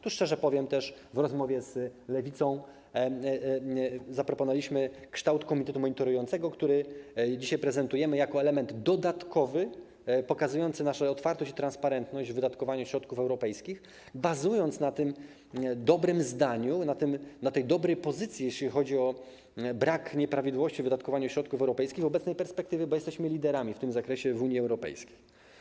Tu szczerze powiem też, że w rozmowie z Lewicą zaproponowaliśmy kształt komitetu monitorującego, który dzisiaj prezentujemy, jako element dodatkowy, pokazujący naszą otwartość i transparentność w wydatkowaniu środków europejskich, bazując na tej dobrej pozycji, jeśli chodzi o brak nieprawidłowości w wydatkowaniu środków europejskich z obecnej perspektywy, bo jesteśmy liderami w tym zakresie w Unii Europejskiej.